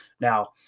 Now